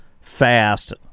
fast